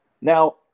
Now